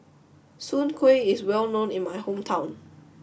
Soon Kueh is well known in my hometown